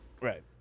Right